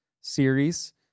series